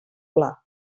pla